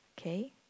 Okay